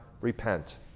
repent